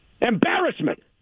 embarrassment